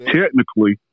Technically